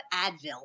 advil